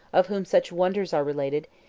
of whom such wonders are related,